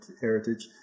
heritage